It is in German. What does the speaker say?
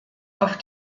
auf